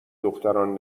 دختران